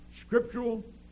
scriptural